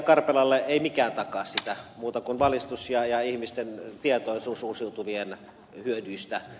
ei mikään takaa sitä muuta kuin valistus ja ihmisten tietoisuus uusiutuvien hyödyistä